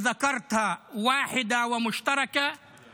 חברת הכנסת נעמה לזימי, בבקשה.